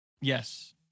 Yes